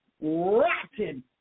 rotten